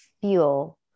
feel